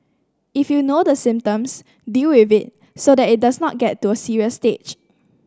if you know the symptoms deal with it so that it does not get to a serious stage